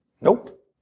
Nope